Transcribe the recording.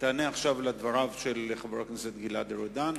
דבריו של חבר הכנסת גלעד ארדן,